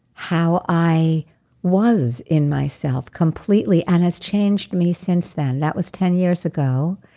how i was in myself, completely, and it's changed me since then. that was ten years ago.